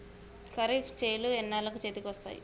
ఖరీఫ్ చేలు ఎన్నాళ్ళకు చేతికి వస్తాయి?